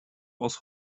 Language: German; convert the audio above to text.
aus